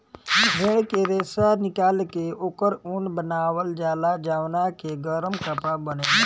भेड़ के रेशा के निकाल के ओकर ऊन बनावल जाला जवना के गरम कपड़ा बनेला